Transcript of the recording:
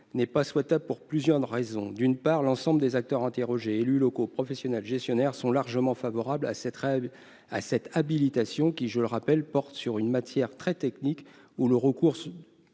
n'est pas souhaitable, pour plusieurs raisons. D'une part, tous les acteurs qui ont été interrogés- élus locaux, professionnels, gestionnaires -sont largement favorables à cette habilitation, qui, je le rappelle, porte sur une matière très technique pour